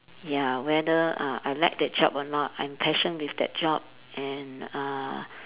ya whether uh I like that job or not I'm passion with that job and uh